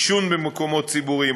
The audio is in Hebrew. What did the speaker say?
עישון במקומות ציבוריים,